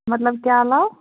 مطلب کیٛاہ عَلاوٕ